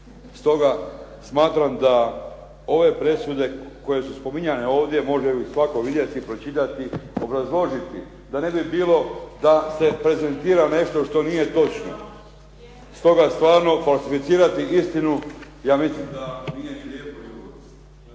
Stoga smatram da ove presude koje su spominjane ovdje može svatko vidjeti i pročitati, obrazložiti da ne bi bilo da se prezentira nešto što nije točno. Stoga stvarno, falsificirati istinu ja mislim da nije ni lijepo … /Govornik